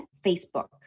Facebook